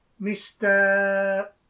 Mr